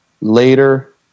later